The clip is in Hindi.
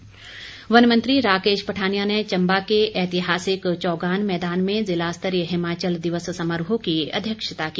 चंबा दिवस वन मंत्री राकेश पठानिया ने चंबा के ऐतिहासिक चौगान मैदान में जिला स्तरीय हिमाचल दिवस समारोह की अध्यक्षता की